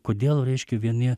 kodėl reiškia vieni